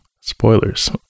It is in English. spoilers